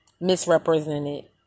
misrepresented